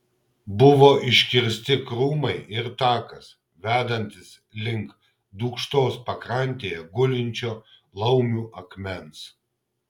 buvo iškirsti krūmai ir takas vedantis link dūkštos pakrantėje gulinčio laumių akmens